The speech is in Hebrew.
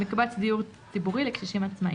מקבץ דיור ציבורי לקשישים עצמאיים,